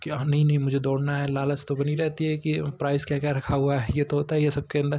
कि हाँ नहीं नहीं मुझे दौड़ना है लालच तो बनी रहती है कि प्राइज़ क्या क्या रखा हुआ है यह तो होता ही है सबके अन्दर